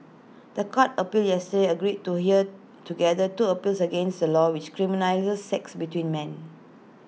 The Court appeal yesterday agreed to hear together two appeals against A law which criminalises sex between men